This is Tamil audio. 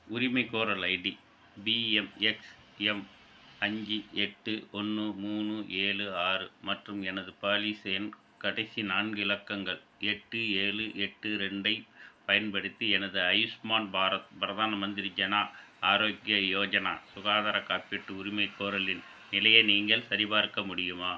உரிமைகோரல் ஐடி பிஎம்எக்ஸ்எம் அஞ்சு எட்டு ஒன்று மூணு ஏழு ஆறு மற்றும் எனது பாலிசி எண் கடைசி நான்கு இலக்கங்கள் எட்டு ஏழு எட்டு ரெண்டை பயன்படுத்தி எனது ஆயுஷ்மான் பாரத் பிரதான மந்திரி ஜனா ஆரோக்ய யோஜனா சுகாதார காப்பீட்டு உரிமைகோரலின் நிலையை நீங்கள் சரிபார்க்க முடியுமா